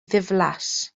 ddiflas